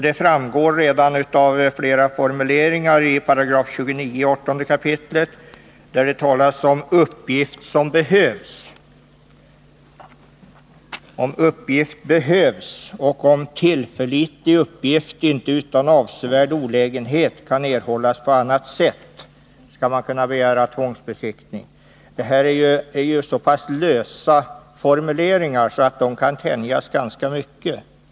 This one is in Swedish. Det framgår redan av flera formuleringar i 18 kap. 29 §, där det bl.a. heter att om man saknar ”uppgift som behövs” och ”om tillförlitlig uppgift inte utan avsevärd olägenhet kan erhållas på annat sätt”, skall tvångsbesiktning kunna begäras. Det här är lösa formuleringar som, såvitt jag förstår, kan tänjas ganska mycket.